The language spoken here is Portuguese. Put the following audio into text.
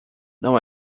não